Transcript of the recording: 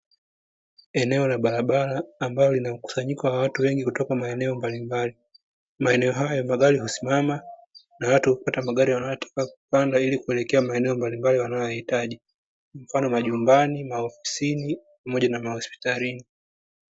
Eneo la barabara ambalo linamkusanyiko wa watu wengi kutoka maeneo mbalimbali, maeneo hayo magari husimama na watu kupanda kuelekea maeneo mbalimbali wanayohitaji mfano majumbani, maofisini pamoja na mahospitalini.